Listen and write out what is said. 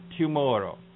tomorrow